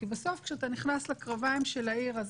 כי בסוף כשאתה נכנס לקרביים של העיר אז